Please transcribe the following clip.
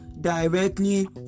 directly